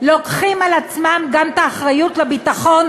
לוקחים על עצמם גם את האחריות לביטחון,